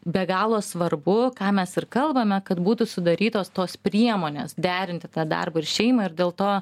be galo svarbu ką mes ir kalbame kad būtų sudarytos tos priemonės derinti tą darbą ir šeimą ir dėl to